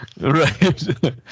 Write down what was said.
Right